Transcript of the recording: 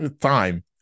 Time